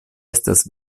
estas